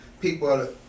people